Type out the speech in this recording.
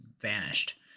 vanished